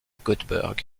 göteborg